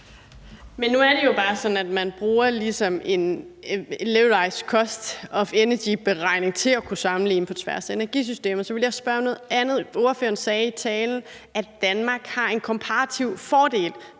Men nu er det jo bare sådan, at man ligesom bruger en levelised cost of energy-beregning til at kunne sammenligne på tværs af energisystemer. Så vil jeg spørge om noget andet. Ordføreren sagde i talen, at Danmark har en komparativ fordel